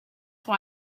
why